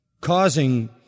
causing